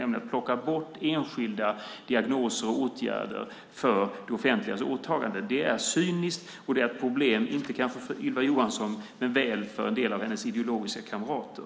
Det är cyniskt och det är ett problem, kanske inte för Ylva Johansson men väl för en del av hennes ideologiska kamrater.